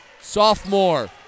sophomore